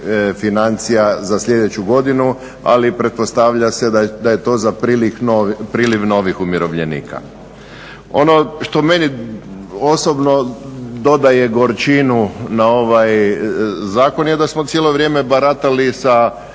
financija za sljedeću godinu, ali pretpostavlja se da je to za priljev novih umirovljenika. Ono što meni osobno dodaje gorčinu na ovaj zakon je da smo cijelo vrijeme baratali sa